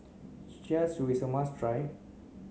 char siu is a must try